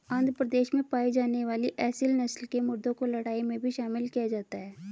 आंध्र प्रदेश में पाई जाने वाली एसील नस्ल के मुर्गों को लड़ाई में भी शामिल किया जाता है